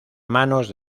manos